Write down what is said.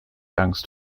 angst